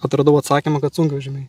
atradau atsakymą kad sunkvežimiai